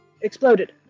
exploded